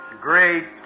Great